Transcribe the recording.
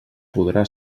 podrà